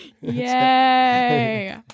yay